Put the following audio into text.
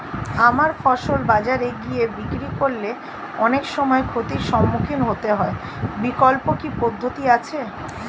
আমার ফসল বাজারে গিয়ে বিক্রি করলে অনেক সময় ক্ষতির সম্মুখীন হতে হয় বিকল্প কি পদ্ধতি আছে?